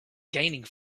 gaining